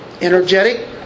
energetic